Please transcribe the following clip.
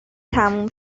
تموم